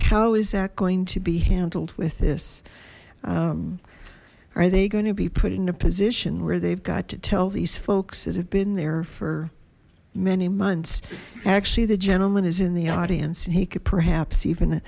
how is that going to be handled with this are they going to be put in a position where they've got to tell these folks that have been there for many months actually the gentleman is in the audience and he could perhaps even